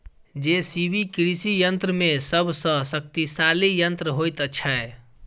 JCB कृषि यंत्र मे सभ सॅ शक्तिशाली यंत्र होइत छै